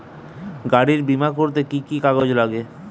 গাড়ীর বিমা করতে কি কি কাগজ লাগে?